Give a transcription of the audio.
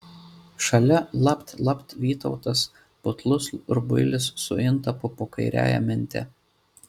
šalia lapt lapt vytautas putlus rubuilis su intapu po kairiąja mente